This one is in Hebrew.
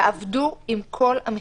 תעבדו עם כל המכרזים.